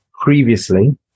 previously